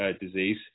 disease